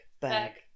Back